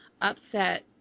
upset